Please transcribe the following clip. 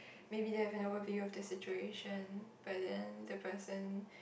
maybe they have an overview of the situation but then the person